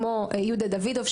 כמו יהודה דוידוב,